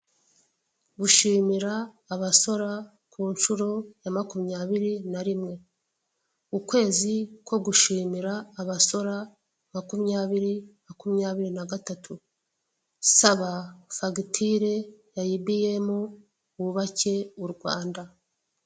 Gushumira abasora ku nshuro ya makumyabiri na rimwe, ukwezi ko gushimira abasora makumyabiri, makumyabiri na gatatu. Saba fagitire ya ibiyemu wubake u Rwanda.